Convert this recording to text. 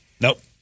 Nope